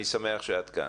דסי, אני שמח שאת כאן.